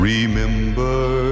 Remember